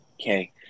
Okay